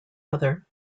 other